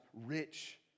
rich